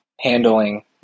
handling